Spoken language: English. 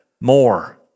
more